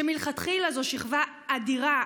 שמלכתחילה זו שכבה אדירה,